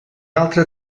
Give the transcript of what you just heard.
altre